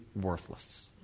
worthless